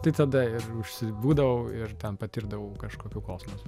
tai tada ir užsibūdavau ir ten patirdavau kažkokių kosmosų